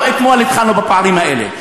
לא אתמול התחלנו בפערים האלה.